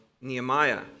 Nehemiah